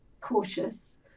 cautious